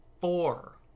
four